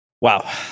Wow